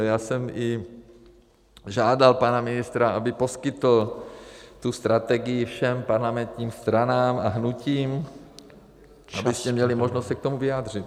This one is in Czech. Já jsem i žádal pana ministra, aby poskytl tu strategii všem parlamentním stranám a hnutím, aby se měly možnost se k tomu vyjádřit.